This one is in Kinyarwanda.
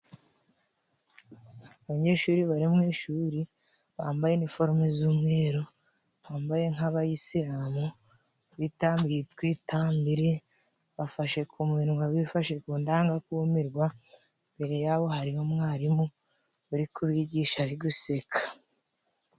Abanyeshuri bari mu ishuri bambaye iniforume z'umweru, bambaye nk'abayisilamu bitambiye utwitambire. Bafashe ku munwa bifashe ku ndangakumirwa, imbere yabo hari n'umwarimu uri kubigisha ari guseka.